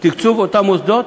תקצוב אותם מוסדות,